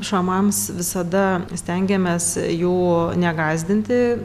šamams visada stengiamės jų negąsdinti